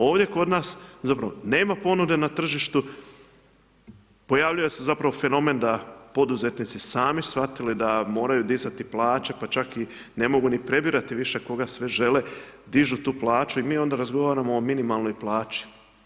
Ovdje kod nas, zapravo nema ponude na tržištu, pojavljuje se zapravo fenomen, da poduzetnici, sami shvatili da moraju dizati plaće, pa čak ne mogu prebirati više koga sve žele, dižu tu plaću i mi onda razgovaramo o minimalnoj plaći.